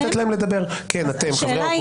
(חברת הכנסת אפרת רייטן מרום יוצאת מאולם הוועדה) כנראה.